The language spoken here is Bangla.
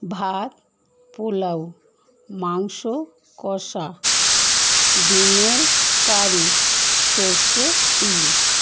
ভাত পোলাও মাংস কষা ডিমের কারি সরষে ইলিশ